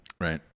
right